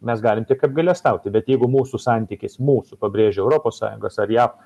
mes galim tik apgailestauti bet jeigu mūsų santykis mūsų pabrėžiu europos sąjungos ar jav